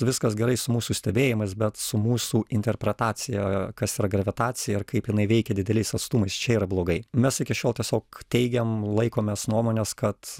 viskas gerai su mūsų stebėjimais bet su mūsų interpretacija kas yra gravitacija ir kaip jinai veikia dideliais atstumais čia yra blogai mes iki šiol tiesiog teigiam laikomės nuomonės kad